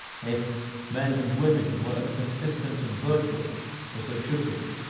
if men and women were as consistent and virtuous as they should be,